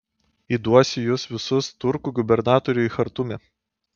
įduosiu jus visus turkų gubernatoriui chartume